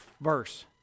verse